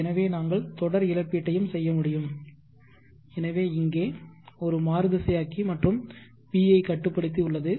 எனவே நாங்கள் தொடர் இழப்பீட்டையும் செய்ய முடியும் எனவே இங்கே ஒரு மாறுதிசையாக்கி மற்றும் PI கட்டுப்படுத்தி உள்ளது